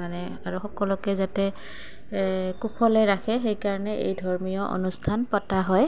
মানে আৰু সকলোকে যাতে কুশলে ৰাখে সেইকাৰণে এই ধৰ্মীয় অনুষ্ঠান পতা হয়